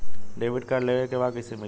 Debit card लेवे के बा कईसे मिली?